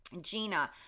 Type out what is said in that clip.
Gina